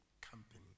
company